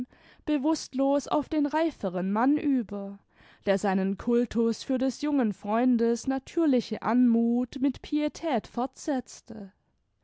bewußtlos auf den reiferen mann über der seinen cultus für des jungen freundes natürliche anmuth mit pietät fortsetzte